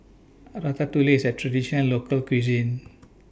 Ratatouille IS A Traditional Local Cuisine